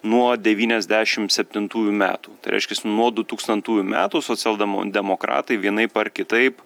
nuo devyniasdešimt septintųjų metų tai reiškias nuo dutūkstantųjų metų socialdemo demokratai vienaip ar kitaip